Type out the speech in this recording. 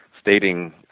stating